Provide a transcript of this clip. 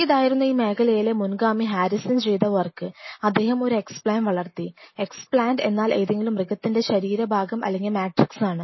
ഇതായിരുന്നു ഈ മേഖലയിലെ മുൻഗാമി ഹാരിസൺ ചെയ്ത വർക്ക് അദ്ദേഹം ഒരു എക്സ്പ്ലാൻറ് വളർത്തി എക്സ്പ്ലാൻറ് എന്നാൽ ഏതെങ്കിലും മൃഗത്തിൻറെ ശരീരഭാഗം അല്ലെങ്കിൽ മാട്രിക്സ് ആണ്